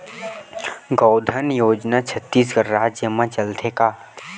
गौधन योजना छत्तीसगढ़ राज्य मा चलथे का?